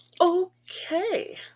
Okay